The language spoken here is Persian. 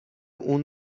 اون